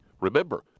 Remember